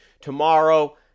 Tomorrow